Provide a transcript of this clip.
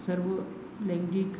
सर्व लैंगिक